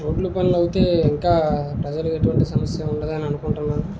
రోడ్ల పనులు అయితే ఇంకా ప్రజలకు ఎటువంటి సమస్య ఉండవని అనుకుంటున్నాను